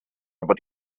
aber